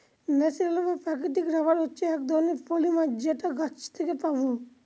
natural বা প্রাকৃতিক rubber হচ্ছে এক রকমের পলিমার যেটা গাছ থেকে পাবো